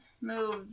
move